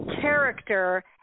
character